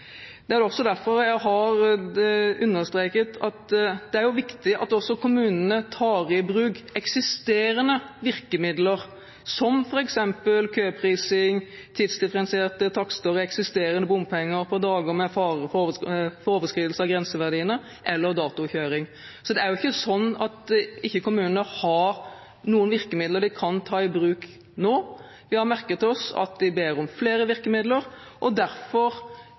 Det er også derfor jeg har understreket at det er viktig at kommunene tar i bruk eksisterende virkemidler, som f.eks. køprising, tidsdifferensierte takster og eksisterende bompenger på dager med fare for overskridelse av grenseverdiene, eller datokjøring. Det er ikke sånn at kommunene ikke har noen virkemidler de kan ta i bruk nå. Men vi har merket oss at de ber om flere virkemidler, derfor